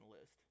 list